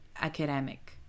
academic